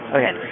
Okay